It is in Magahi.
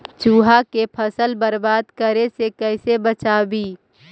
चुहा के फसल बर्बाद करे से कैसे बचाबी?